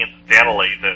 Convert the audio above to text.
incidentally